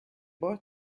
بار